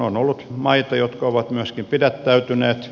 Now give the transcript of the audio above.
on ollut maita jotka ovat myöskin pidättäytyneet